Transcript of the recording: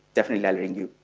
definitely i'll ring you.